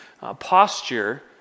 posture